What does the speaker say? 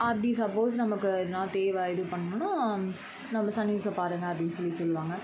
அப்படி சப்போஸ் நமக்கு எதுனா தேவை இது பண்ணணும்னா நம்ம சன் நியூஸை பாருங்கள் அப்படின்னு சொல்லி சொல்லுவாங்க